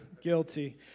guilty